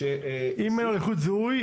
אם אין לו לוחית זיהוי,